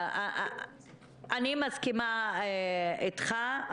אני מסכימה אתך,